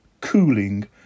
cooling